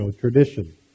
tradition